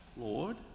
Lord